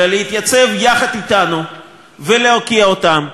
אלא להתייצב יחד אתנו ולהוקיע אותם,